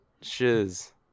shiz